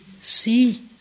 see